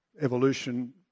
evolution